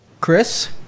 Chris